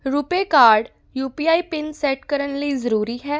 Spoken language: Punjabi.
RuPay card U P I pin set ਕਰਨ ਲਈ ਜ਼ਰੂਰੀ ਹੈ